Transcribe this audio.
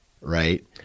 Right